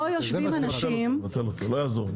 צריך לבטל אותו, לא יעזור.